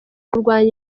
kurwanya